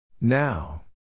Now